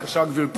בבקשה, גברתי.